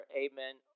amen